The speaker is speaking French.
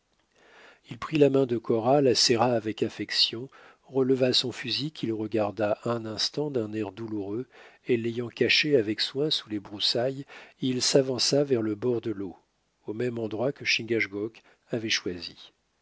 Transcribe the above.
il prit la main de cora la serra avec affection releva son fusil qu'il regarda un instant d'un air douloureux et l'ayant caché avec soin sous les broussailles il s'avança vers le bord de l'eau au même endroit que chingachgook avait choisi